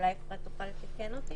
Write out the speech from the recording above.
אולי אפרת תוכל לתקן אותי,